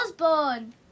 Osborne